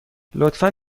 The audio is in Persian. لطفا